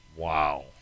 Wow